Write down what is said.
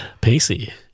Pacey